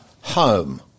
home